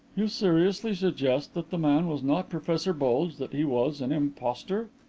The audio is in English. you seriously suggest that the man was not professor bulge that he was an impostor?